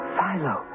Philo